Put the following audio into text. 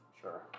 Sure